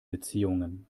beziehungen